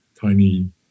tiny